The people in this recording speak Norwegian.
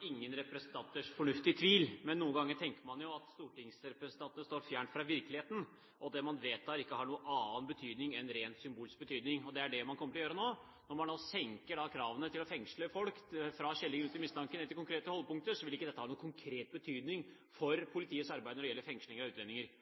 ingen representanters fornuft i tvil, men noen ganger tenker man jo at stortingsrepresentantene står fjernt fra virkeligheten, og at det man vedtar, ikke har annet enn en rent symbolsk betydning. Og det er det man kommer til å gjøre nå. Når man senker kravene til å fengsle folk fra skjellig grunn til mistanke til konkrete holdepunkter, vil ikke dette ha noen konkret betydning for politiets arbeid når det gjelder fengsling av utlendinger.